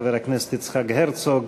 חבר הכנסת יצחק הרצוג.